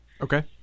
Okay